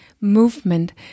movement